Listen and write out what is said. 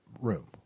room